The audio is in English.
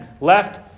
left